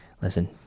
listen